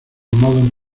modern